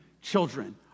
children